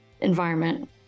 environment